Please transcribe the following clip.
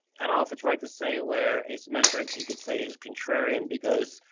i don't know if it's right to say where asymmetric you could say is contrarian because,